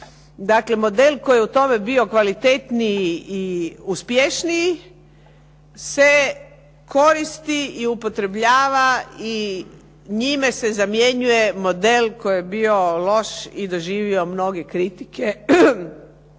Dakle, model koji je u tome bio kvalitetniji i uspješniji se koristi i upotrjebljava i njime se zamjenjuje model koji je bio loš i koji je doživio mnoge kritike